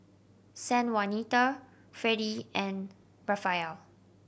Sanjuanita Freddy and Rafael